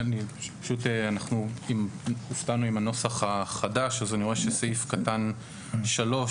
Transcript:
אנחנו הופתענו עם הנוסח החדש אז אני רואה שסעיף קטן (3)